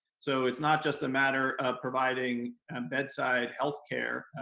so it's not just a matter of providing and bedside health care,